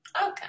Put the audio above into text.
Okay